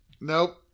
Nope